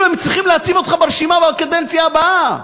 הם צריכים להציב אותך ברשימה בקדנציה הבאה.